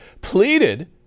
pleaded